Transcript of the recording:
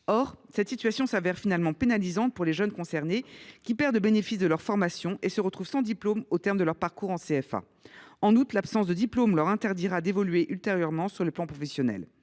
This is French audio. cette situation se révèle finalement pénalisante pour les jeunes concernés, qui perdent le bénéfice de leur formation et se retrouvent sans diplôme au terme de leur parcours en CFA. En outre, l’absence de diplôme leur interdira d’évoluer ultérieurement dans le domaine professionnel.